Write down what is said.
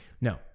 No